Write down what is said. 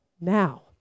now